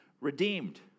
redeemed